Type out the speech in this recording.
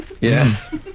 Yes